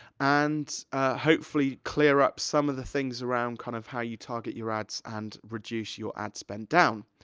and hopefully clear up some of the things around kind of how you target your ads and reduce your ad spend down.